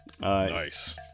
Nice